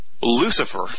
Lucifer